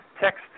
text